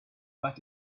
that